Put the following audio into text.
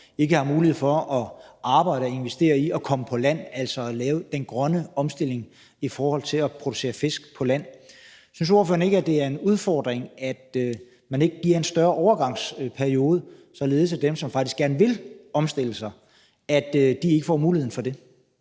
ikke har mulighed for at investere i og arbejde for at komme på land, altså at lave den grønne omstilling med at producere fisk på land. Synes ordføreren ikke, at det er en udfordring, at man ikke laver en længere overgangsperiode, således at dem, som faktisk gerne vil omstille, kan få muligheden for det?